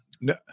No